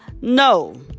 No